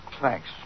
Thanks